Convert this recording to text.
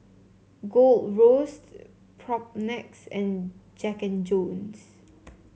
Gold Roast Propnex and Jack And Jones